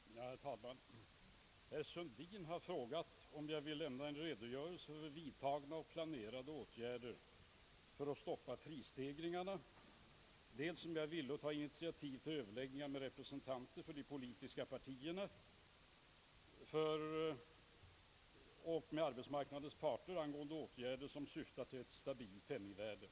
Herr talman! Herr Sundin har frågat mig dels om jag vill lämna en redogörelse för vidtagna och planerade åtgärder för att stoppa prisstegringarna, dels om jag är villig att ta initiativ till överläggningar med representanter för de politiska partierna och arbetsmarknadens parter angående åtgärder syftande till ett stabilt penningvärde.